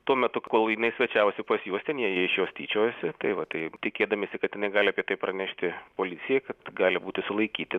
tuo metu kol jinai svečiavosi pas juos ten jie iš jos tyčiojosi tai va tai tikėdamiesi kad jinai gali tai pranešti policijai kad gali būti sulaikyti